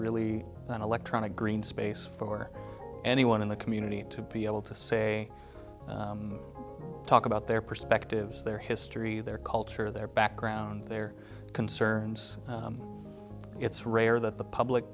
really an electronic green space for anyone in the community to be able to say talk about their perspectives their history their culture their background their concerns it's rare that the public